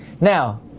Now